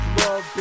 love